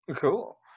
Cool